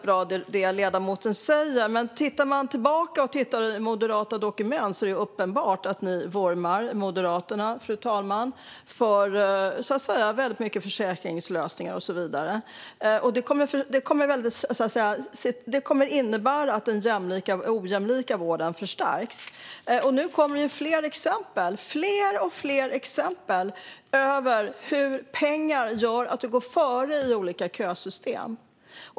Det som ledamoten säger låter bra, men om man tittar tillbaka i moderata dokument ser man att det är uppenbart att Moderaterna vurmar mycket för försäkringslösningar och så vidare. Detta kommer att innebära att den ojämlika vården förstärks. Det kommer fler och fler exempel på hur pengar gör att man går före i olika kösystem.